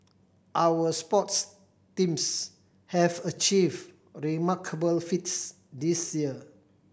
our sports teams have achieved remarkable feats this year